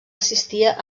assistia